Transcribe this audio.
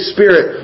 Spirit